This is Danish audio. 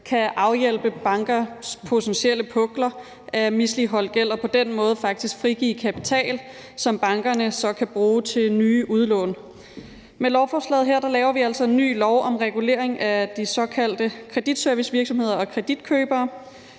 kan afhjælpe bankers potentielle pukler af misligholdt gæld og på den måde faktisk frigive kapital, som bankerne så kan bruge til nye udlån. Med lovforslaget her laver vi altså en ny lov om regulering af de såkaldte kreditservicevirksomheder og kreditkøbere.